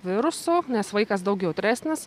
virusų nes vaikas daug jautresnis